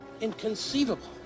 Inconceivable